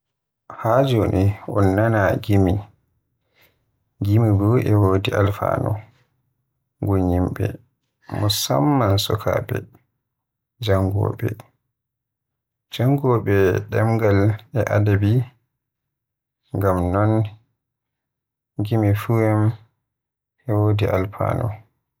Haa joni un naana gimi, gimi bo e wodi alfaanu gun yimbe musamman sukaabe janngowobe, jangowobe demgal e adabi. Ngam non gimi poem e wodi alfanu.